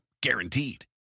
Guaranteed